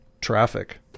Traffic